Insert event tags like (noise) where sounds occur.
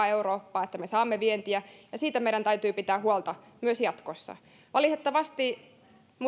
(unintelligible) eurooppaan että me saamme vientiä ja siitä meidän täytyy pitää huolta myös jatkossa valitettavasti